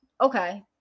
okay